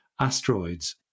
asteroids